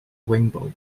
rainbow